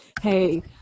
hey